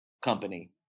company